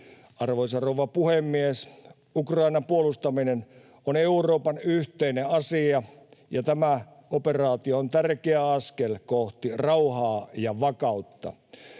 Arvoisa rouva puhemies! Ukrainan puolustaminen on Euroopan yhteinen asia, ja tämä operaatio on tärkeä askel kohti rauhaa ja vakautta.